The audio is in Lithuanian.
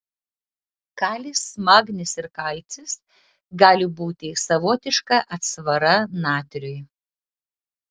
kalis magnis ir kalcis gali būti savotiška atsvara natriui